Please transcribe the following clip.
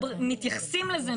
מתייחסים לזה,